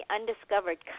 Undiscovered